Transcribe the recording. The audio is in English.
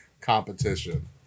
competition